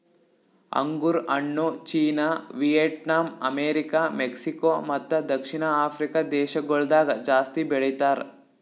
ಅಂಗುರ್ ಹಣ್ಣು China, Vietnam, America, Mexico ಮತ್ತ ದಕ್ಷಿಣ ಆಫ್ರಿಕಾ ದೇಶಗೊಳ್ದಾಗ್ ಜಾಸ್ತಿ ಬೆಳಿತಾರ್